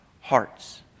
hearts